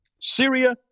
Syria